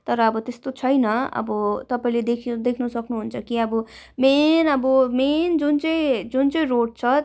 तर अब त्यस्तो छैन अब तपाईँले देख्यो देख्नु सक्नहुन्छ कि अब मेन अब मेन जुन चाहिँ जुन चाहिँ रोड छ